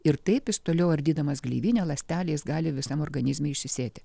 ir taip jis toliau ardydamas gleivinę ląstelę jis gali visam organizme išsisėti